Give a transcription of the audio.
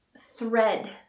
thread